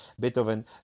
Beethoven